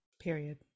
Period